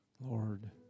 Lord